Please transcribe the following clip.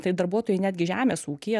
tai darbuotojui netgi žemės ūkyje